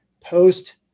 post